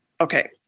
Okay